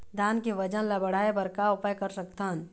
धान के वजन ला बढ़ाएं बर का उपाय कर सकथन?